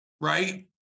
right